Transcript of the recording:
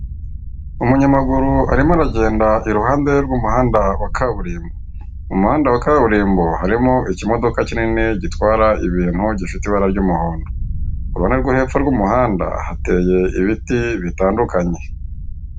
Umunyamaguru arimo aragenda iruhande rw'umuhanda wa kaburimbo. Umuhanda wa kaburimbo harimo ikimodoka kinini gitwara ibintu gifite ibara ry'umuhondo, urabona ko hepfo y'umuhanda hateye ibiti bitandukanye.